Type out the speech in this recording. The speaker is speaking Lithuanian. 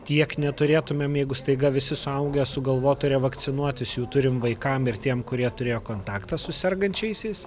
tiek neturėtumėm jeigu staiga visi suaugę sugalvotų revakcinuotis jų turim vaikam ir tiem kurie turėjo kontaktą su sergančiaisiais